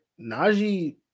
Najee